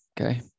okay